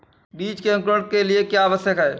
बीज के अंकुरण के लिए क्या आवश्यक है?